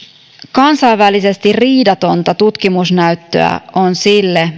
kansainvälisesti riidatonta tutkimusnäyttöä on sille